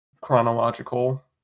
chronological